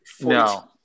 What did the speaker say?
no